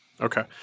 Okay